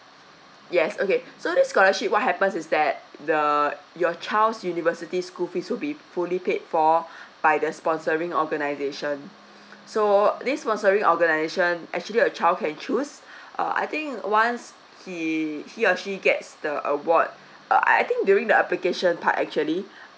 yes okay so this scholarship what happens is that the your child's university school fees will be fully paid for by the sponsoring organisation so this sponsoring organisation actually your child can choose uh I think once he he or she gets the award uh I think during the application part actually